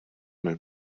mill